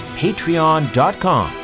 patreon.com